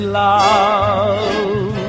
love